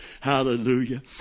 Hallelujah